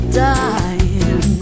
dying